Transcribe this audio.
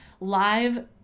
live